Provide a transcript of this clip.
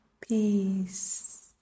peace